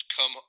come